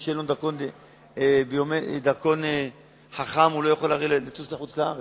מי שלא יהיה לו דרכון חכם לא יוכל לטוס לחוץ-לארץ.